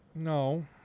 no